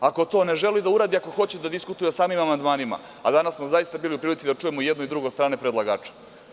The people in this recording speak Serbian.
Ako to ne žele da urade, ako hoće da diskutuju o samim amandmanima, a danas smo zaista bili u prilici da čujemo jedno i drugo od strane predlagača.